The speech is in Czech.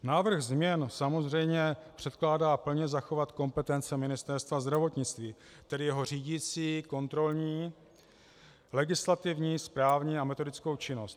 Návrh změn samozřejmě předkládá plně zachovat kompetence Ministerstva zdravotnictví, tedy jeho řídicí, kontrolní, legislativní, správní a metodickou činnost.